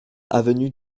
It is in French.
avenue